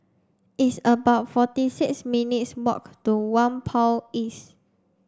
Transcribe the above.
it's about forty six minutes' walk to Whampoa East